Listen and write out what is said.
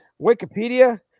Wikipedia